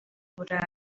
burayi